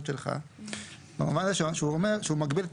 שלך במובן הזה שהוא אומר שהוא מגביל,